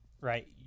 right